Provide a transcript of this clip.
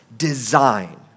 design